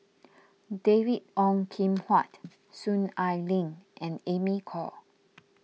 David Ong Kim Huat Soon Ai Ling and Amy Khor